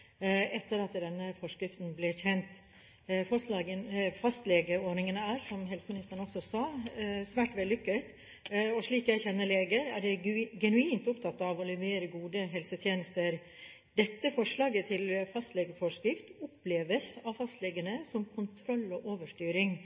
etter at denne forskriften ble kjent. Fastlegeordningen er – som helseministeren sa – svært vellykket. Slik jeg kjenner leger, er de genuint opptatt av å levere gode helsetjenester. Dette forslaget til fastlegeforskrift oppleves av fastlegene som kontroll og overstyring,